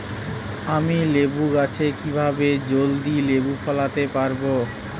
আমি লেবু গাছে কিভাবে জলদি লেবু ফলাতে পরাবো?